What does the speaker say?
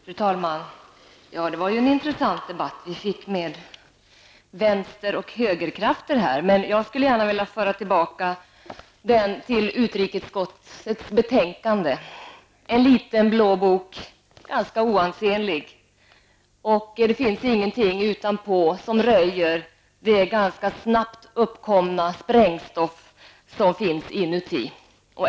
Fru talman! Det var en intressant debatt vi fick med vänster och högerkrafter. Jag skulle vilja föra tillbaka den till utrikesutskottets betänkande. Det är en liten blå bok, ganska oansenlig. Det finns ingenting utanpå som röjer det snabbt uppkomna sprängstoff som finns inuti.